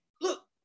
look